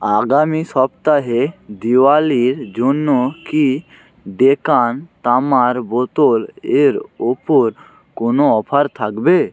আগামী সপ্তাহে দিওয়ালির জন্য কি ডেকান তামার বোতল এর ওপর কোনো অফার থাকবে